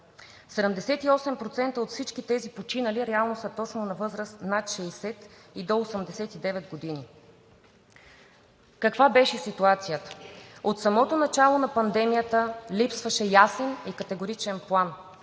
78% от всички тези починали реално са на възраст над 60 и до 89 години. Каква беше ситуацията? От самото начало на пандемията липсваше ясен и категоричен план.